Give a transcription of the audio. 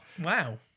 Wow